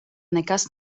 nekas